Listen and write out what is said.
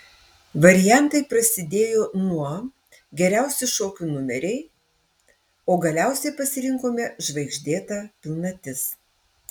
variantai prasidėjo nuo geriausi šokių numeriai o galiausiai pasirinkome žvaigždėta pilnatis